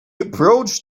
approached